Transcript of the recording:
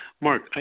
Mark